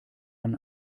man